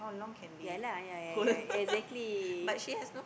ya lah ya ya ya exactly